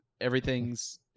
everything's